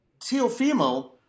Teofimo